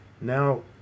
Now